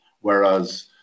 Whereas